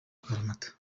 akaramata